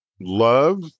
love